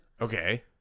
Okay